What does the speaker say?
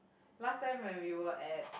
last time when we were at